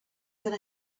going